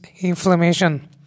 inflammation